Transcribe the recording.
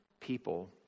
people